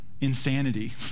insanity